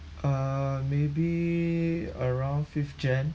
uh maybe around fifth jan~